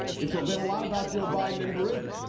it's been a lot about joe biden and burisma.